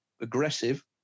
aggressive